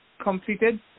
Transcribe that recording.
completed